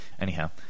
Anyhow